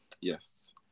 yes